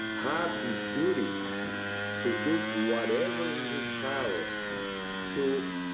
have the duty to do whatever in his power to